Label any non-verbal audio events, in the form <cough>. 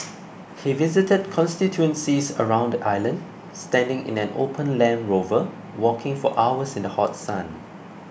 he visited constituencies around the island <noise> standing in an open Land Rover walking for hours in the hot sun